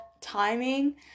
timing